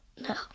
no